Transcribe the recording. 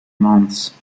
months